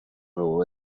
rule